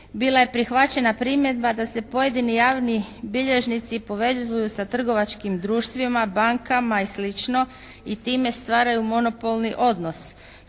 bila je prihvaćena primjedba da se pojedini javni bilježnici povezuju sa trgovačkim društvima, bankama i slično i time stvaraju monopolni odnos.